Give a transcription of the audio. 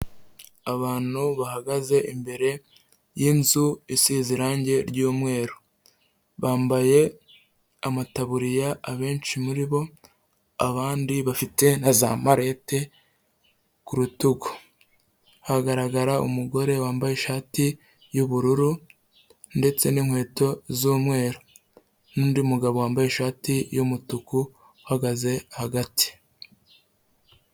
Abantu bahagaze imbere y'inzu isize irangi ry'umweru. Bambaye amataburiya abenshi muri bo, abandi bafite na za marete ku rutugu. Hagaragara umugore wambaye ishati y'ubururu ndetse n'inkweto z'umweru. N'undi mugabo wambaye ishati y'umutuku uhagaze hagati.